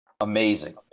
Amazing